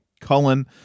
cullen